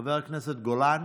חבר הכנסת גולן,